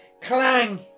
clang